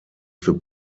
für